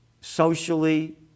socially